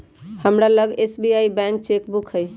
हमरा लग SBI bank के चेक बुक हइ